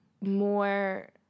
more